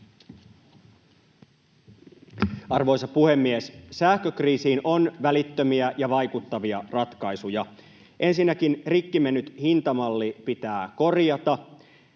Arvoisa puhemies! Sähkökriisiin on välittömiä ja vaikuttavia ratkaisuja. Ensinnäkin rikki mennyt hintamalli pitää korjata.